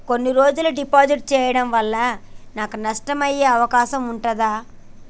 కొన్ని రకాల డిపాజిట్ చెయ్యడం వల్ల నాకు నష్టం అయ్యే అవకాశం ఉంటదా?